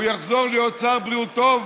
והוא יחזור להיות שר בריאות טוב,